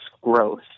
growth